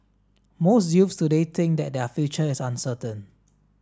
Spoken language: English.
most youths today think that their future is uncertain